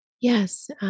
Yes